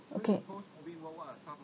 okay